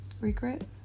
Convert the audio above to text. Regret